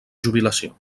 jubilació